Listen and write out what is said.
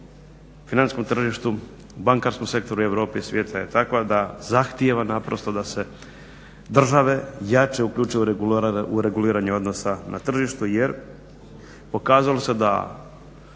na financijskom tržištu, bankarskom sektoru i u Europe i u svijetu je takva da zahtijeva naprosto da se države jače uključe u reguliranje odnosa na tržištu jer pokazalo se da